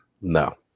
No